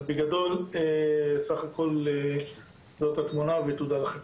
אבל בגדול זאת התמונה ותודה לכם.